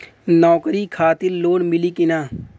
नौकरी खातिर लोन मिली की ना?